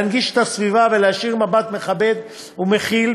להנגיש את הסביבה ולהישיר מבט מכבד ומכיל